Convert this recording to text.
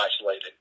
isolated